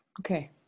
Okay